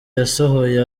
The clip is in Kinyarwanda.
yasohoye